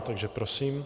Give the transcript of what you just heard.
Takže prosím.